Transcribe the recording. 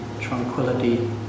tranquility